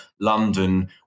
London